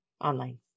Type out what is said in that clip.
online